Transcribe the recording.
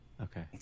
Okay